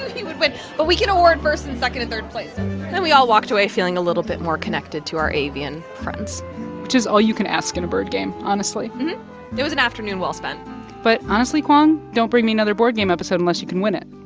he would win. but we can award first and second and third place then we all walked away feeling a little bit more connected to our avian friends which is all you can ask in a bird game, honestly it was was an afternoon well-spent but honestly, kwong, don't bring me another board game episode unless you can win it